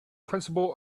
principle